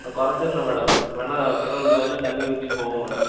கொறைச்சிர்லாம் madam வேணுனா பெட்ரோலுக்கு பதிலாக தண்ணி ஊற்றி போவோம் மேடம்